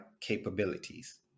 capabilities